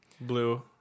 Blue